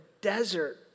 desert